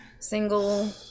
Single